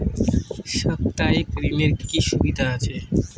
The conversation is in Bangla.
সাপ্তাহিক ঋণের কি সুবিধা আছে?